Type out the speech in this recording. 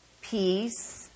peace